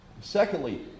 Secondly